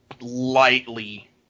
lightly